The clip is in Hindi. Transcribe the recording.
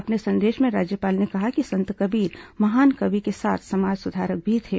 अपने संदेश में राज्यपाल ने कहा है कि संत कबीर महान कवि के साथ समाज सुधारक भी थे